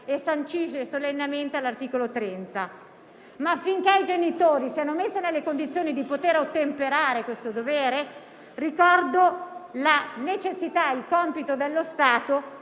e sancisce solennemente all'articolo 30. Ma affinché i genitori siano messi nelle condizioni di ottemperare a questo dovere, ricordo la necessità e il compito dello Stato